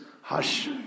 hush